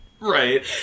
Right